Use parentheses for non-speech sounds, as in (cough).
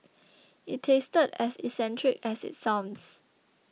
(noise) it tasted as eccentric as it sounds